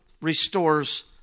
restores